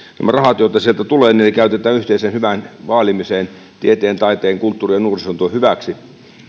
rahat joita sieltä tulee käytetään yhteisen hyvän vaalimiseen tieteen taiteen kulttuurin ja nuorisotyön hyväksi